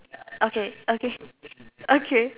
okay okay okay